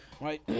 right